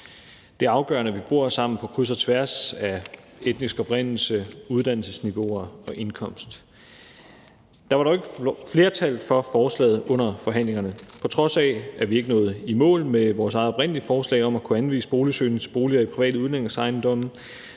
Det er afgørende, at vi bor sammen på kryds og tværs af etnisk oprindelse, uddannelsesniveauer og indkomst. Der var dog ikke flertal for forslaget under forhandlingerne. På trods af at vi ikke nåede i mål med vores eget oprindelige forslag om at kunne anvise boligsøgende til boliger i private udlejningsejendomme,